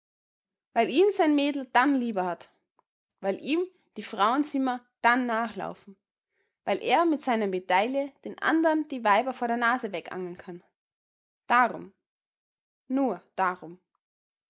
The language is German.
weil ihn sein mädel dann lieber hat weil ihm die frauenzimmer dann nachlaufen weil er mit seiner medaille den anderen die weiber vor der nase wegangeln kann darum nur darum